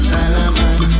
Salaman